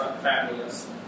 fabulous